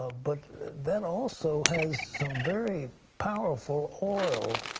ah but that also has some very powerful oil.